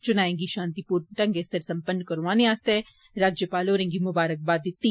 चुनाएं गी शांतिपूर्वक ढंगै सिर सम्पन्न करौआने आस्तै राज्यपाल होरें गी मुबारकबाद दिती